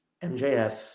MJF